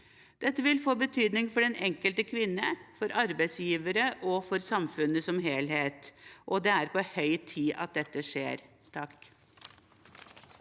Dette vil få betydning for den enkelte kvinne, for arbeidsgivere og for samfunnet som helhet, og det er på høy tid at dette skjer. Minja